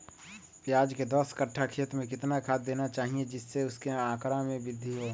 प्याज के दस कठ्ठा खेत में कितना खाद देना चाहिए जिससे उसके आंकड़ा में वृद्धि हो?